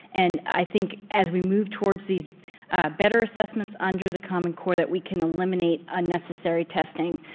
and i think as we move towards these ah better assessments under the common core that we can eliminate unnecessary testing.